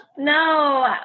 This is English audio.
No